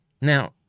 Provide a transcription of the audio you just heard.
Now